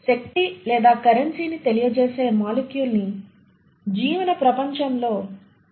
శక్తి లేదా కరెన్సీ ని తెలియచేసే మాలిక్యూల్ ని జీవన ప్రపంచంలో ఏటీపీ అని పిలుస్తారు